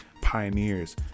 pioneers